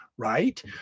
Right